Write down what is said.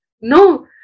No